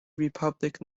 republic